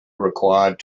required